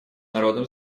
народам